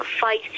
fight